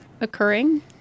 occurring